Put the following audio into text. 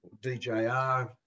DJR